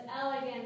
elegant